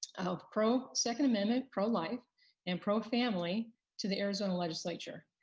of pro second amendment, pro life and pro family to the arizona legislature.